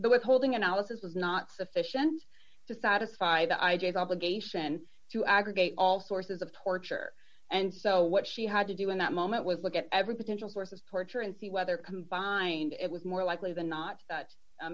the withholding analysis was not sufficient to satisfy the idea of obligation to aggregate all sources of torture and so what she had to do in that moment was look at every potential source of torture and see whether combined it was more likely than not